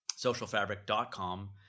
SocialFabric.com